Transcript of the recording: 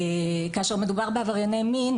כאשר מדובר בעברייני מין,